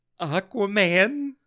Aquaman